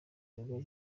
areruya